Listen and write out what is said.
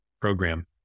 program